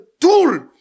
tool